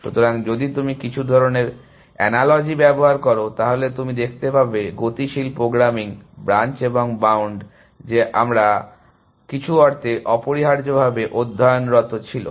সুতরাং যদি তুমি কিছু ধরনের এনালজি ব্যবহার করো তাহলে তুমি দেখতে পাবে গতিশীল প্রোগ্রামিং ব্রাঞ্চ এবং বাউন্ড যে আমরা যে আমরা কিছু অর্থে অপরিহার্যভাবে অধ্যয়নরত ছিল